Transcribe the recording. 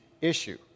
issue